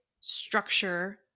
structure